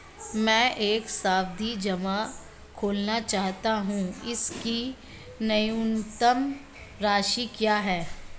मैं एक सावधि जमा खोलना चाहता हूं इसकी न्यूनतम राशि क्या है?